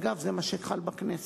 אגב, זה מה שחל בכנסת.